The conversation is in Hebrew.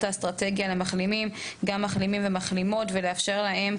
האסטרטגיה למחלימים ולמחלימות ולאפשר להם,